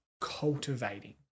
cultivating